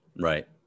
Right